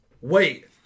wait